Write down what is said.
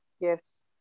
Yes